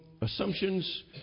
assumptions